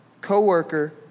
co-worker